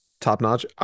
top-notch